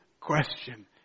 question